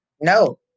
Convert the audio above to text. no